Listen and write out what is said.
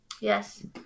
Yes